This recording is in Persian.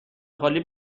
خالی